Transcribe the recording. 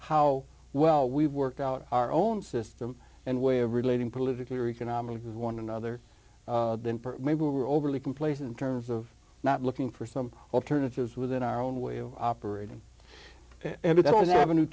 how well we've worked out our own system and way of relating politically or economically with one another than maybe we're overly complacent in terms of not looking for some alternatives within our own way of operating a